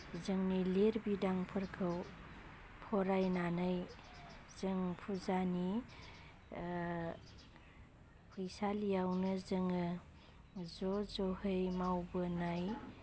जोंनि लिरबिदांफोरखौ फरायनानै जों फुजानि फैसालियावनो जोङो ज' ज'है मावबोनाय